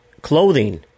clothing